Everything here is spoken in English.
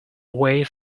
way